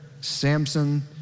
Samson